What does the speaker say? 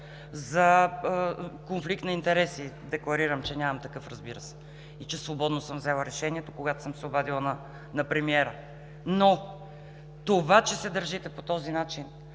за конфликт на интереси – декларирам, че нямам такъв, разбира се, и че свободно съм взела решението, когато съм се обадила на премиера. Но това, че се държите по този начин,